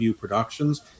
Productions